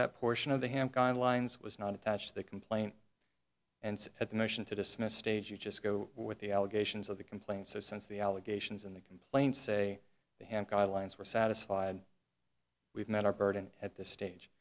that portion of the hand guidelines was not attached they complain and at the motion to dismiss stage you just go with the allegations of the complaint so since the allegations in the complaint say they have guidelines were satisfied we've met our burden at this stage